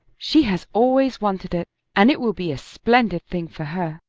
she has always wanted it and it will be a splendid thing for her.